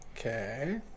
Okay